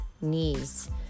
knees